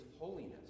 holiness